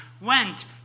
went